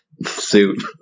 suit